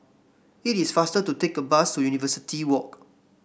it is faster to take the bus to University Walk